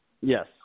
Yes